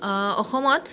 অসমত